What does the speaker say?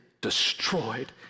destroyed